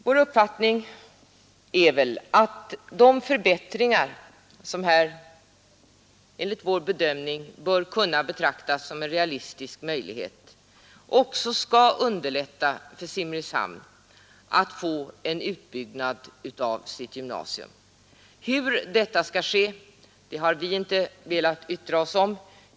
De möjligheter till förbättringar som bör betraktas som realistiska skall enligt vår uppfattning också underlätta för Simrishamn att få gymnasiet utbyggt. Hur detta skall ske har vi inte velat yttra oss om.